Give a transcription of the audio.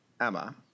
Emma